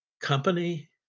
company